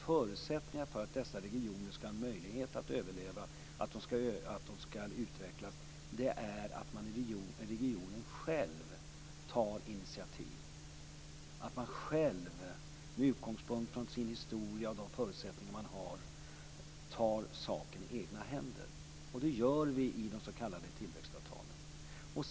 Förutsättningen för att dessa regioner skall ha möjlighet att överleva och för att de skall utvecklas är att man i regionerna själva tar initiativ, att man själv med utgångspunkt från sin historia och de förutsättningar man har tar saken i egna händer. Detta gör vi i de s.k. tillväxtavtalen.